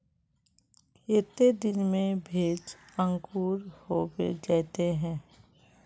केते दिन में भेज अंकूर होबे जयते है?